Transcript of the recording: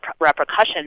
repercussions